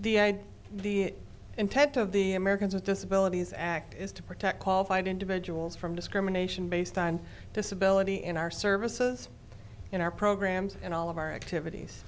the idea the intent of the americans with disabilities act is to protect qualified individuals from discrimination based on disability in our services in our programs and all of our activities